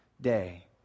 day